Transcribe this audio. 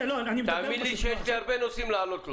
תאמין לי שיש לי הרבה נושאים להעלות לו.